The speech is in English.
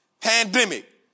pandemic